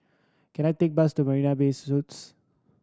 can I take a bus to Marina Bay Suites